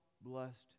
blessed